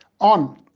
on